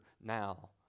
now